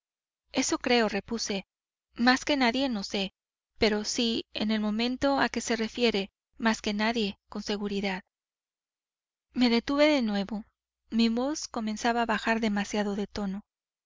por fin eso creo repuse más que nadie no sé pero si en el momento a que se refiere más que nadie con seguridad me detuve de nuevo mi voz comenzaba a bajar demasiado de tono